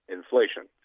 inflation